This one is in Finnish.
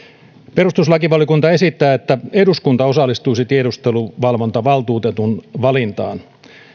perustuslakivaliokunta esittää että eduskunta osallistuisi tiedusteluvalvontavaltuutetun valintaan